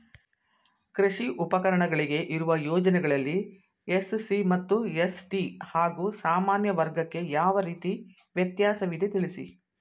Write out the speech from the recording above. ಕೃಷಿ ಉಪಕರಣಗಳಿಗೆ ಇರುವ ಯೋಜನೆಗಳಲ್ಲಿ ಎಸ್.ಸಿ ಮತ್ತು ಎಸ್.ಟಿ ಹಾಗೂ ಸಾಮಾನ್ಯ ವರ್ಗಕ್ಕೆ ಯಾವ ರೀತಿ ವ್ಯತ್ಯಾಸವಿದೆ ತಿಳಿಸಿ?